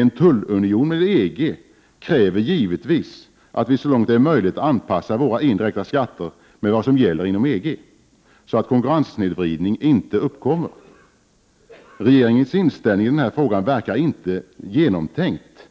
En tullunion med EG kräver givetvis att vi så långt det är möjligt anpassar våra indirekta skatter med vad som gäller inom EG, så att konkurrenssnedvridning inte uppkommer. Regeringens inställning i den här frågan verkar inte genomtänkt.